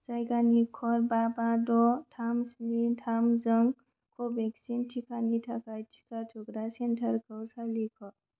जायगानि क'ड बा बा द' थाम स्नि थाम जों कवेक्सिन टिकानि थाखाय टिका थुग्रा सेन्टारखौ सालिख'